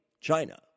China